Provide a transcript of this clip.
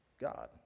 God